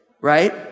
right